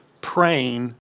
praying